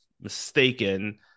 mistaken